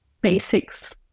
basics